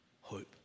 hope